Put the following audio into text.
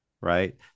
right